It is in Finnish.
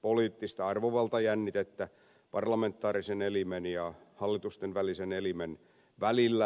poliittista arvovaltajännitettä parlamentaarisen elimen ja hallitustenvälisen elimen välillä